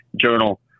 journal